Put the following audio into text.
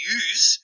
use